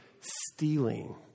stealing